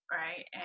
right